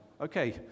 Okay